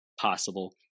possible